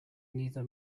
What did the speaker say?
neither